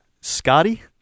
Scotty